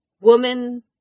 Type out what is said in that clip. Woman